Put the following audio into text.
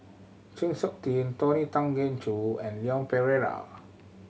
Chng Seok Tin Tony Tan Keng Joo and Leon Perera